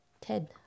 Ted